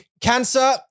cancer